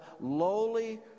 lowly